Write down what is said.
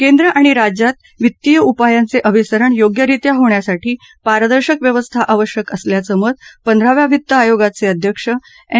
केंद्र आणि राज्यात वित्तीय उपायांचे अभिसरण योग्यरित्या होण्यासाठी पारदर्शक व्यवस्था आवश्यक असल्याचं मत पंधराव्या वित्त आयोगाच अध्यक्ष एन